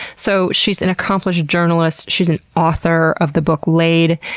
so she's an accomplished journalist, she's an author of the book laid,